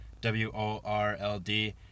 W-O-R-L-D